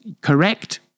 correct